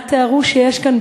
מה תיארו שיש כאן,